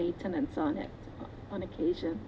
maintenance on it on occasion